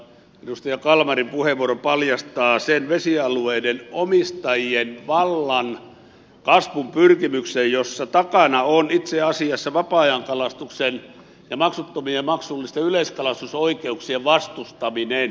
edustaja kalmarin puheenvuoro paljastaa sen vesialueiden omistajien vallan kasvun pyrkimyksen jossa takana on itse asiassa vapaa ajankalastuksen ja maksuttomien ja maksullisten yleiskalastusoikeuksien vastustaminen